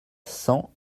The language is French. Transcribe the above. cent